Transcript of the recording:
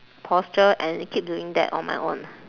posture and keep doing that on my own